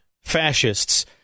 fascists